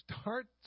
Start